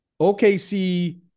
OKC